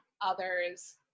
others